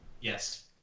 Yes